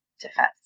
defense